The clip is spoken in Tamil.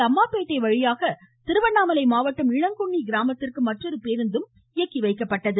அம்மாபேட்டை வழியாக திருவண்ணாமலை மாவட்டம் இளங்குண்ணி கிராமத்திற்கு மற்றொரு பேருந்தும் இயக்கி வைக்கப்பட்டது